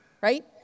right